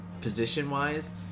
position-wise